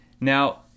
Now